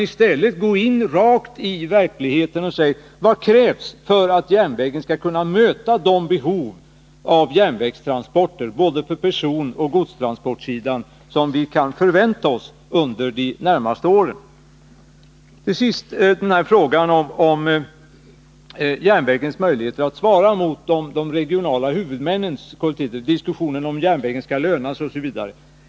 I stället bör man gå rakt in i verkligheten och fråga sig: Vad krävs för att järnvägen skall kunna möta de behov, på både personoch godstransportsidan, som vi kan förvänta oss under de närmaste åren? Till sist frågan om järnvägens möjligheter att svara mot de regionala huvudmännens krav på kollektiv service — diskussionen om järnvägen skall löna sig osv.